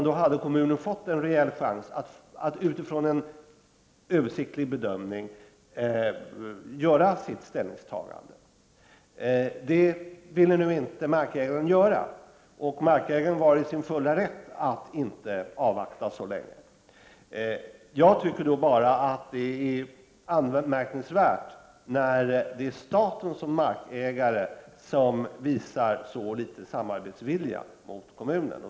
Då hade kommunen fått en reell chans att utifrån en översiktlig bedömning göra sitt ställningstagande. Detta ville markägaren nu inte göra, och markägaren var i sin fulla rätt att inte avvakta så länge. Jag tycker att det är anmärkningsvärt när staten som markägare visar så liten samarbetsvilja mot kommunen.